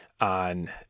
on